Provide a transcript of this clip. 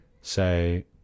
say